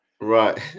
right